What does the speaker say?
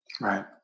Right